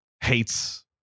hates